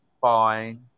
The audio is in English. fine